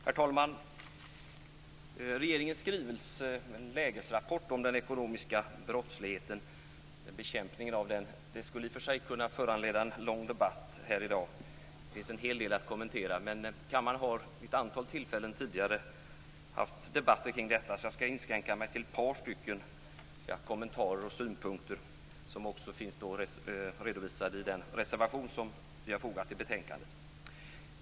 Herr talman! Regerings skrivelse med en lägesrapport om bekämpningen av den ekonomiska brottsligheten skulle i och för sig kunna föranleda en lång debatt här i dag. Det finns en hel del att kommentera. Men kammaren har vid ett antal tillfällen tidigare haft debatter kring detta, och jag skall därför inskränka mig till ett par kommentarer och synpunkter, som också finns redovisade i den reservation som vi har fogat till betänkandet.